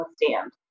withstand